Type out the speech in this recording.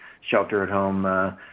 shelter-at-home